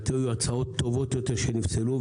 היו הצעות טובות יותר שנפסלו,